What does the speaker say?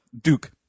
Duke